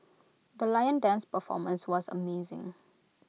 the lion dance performance was amazing